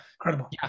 incredible